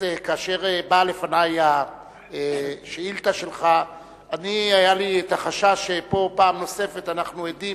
כאשר באה לפני השאילתא שלך היה לי החשש שפעם נוספת אנחנו עדים